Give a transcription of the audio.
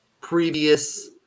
previous